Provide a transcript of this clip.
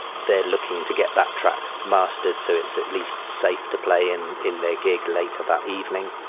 they're looking to get that track mustered so it's at least safe to play in in their gig later that evening.